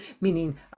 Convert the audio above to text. meaning